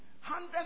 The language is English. hundreds